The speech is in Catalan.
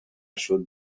sud